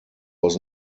was